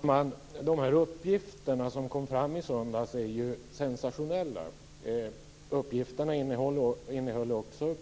Fru talman! De uppgifter som presenterades i söndags är ju sensationella. Det upplystes också